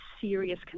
serious